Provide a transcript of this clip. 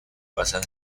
pasan